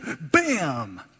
bam